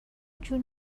جون